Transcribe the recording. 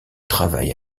travail